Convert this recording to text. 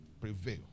prevail